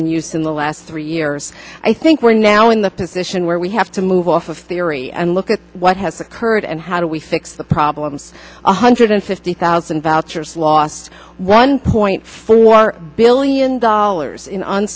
in use in the last three years i think we're now in the position where we have to move off of theory and look at what has occurred and how do we fix the problems one hundred fifty thousand vouchers lost one point four billion dollars in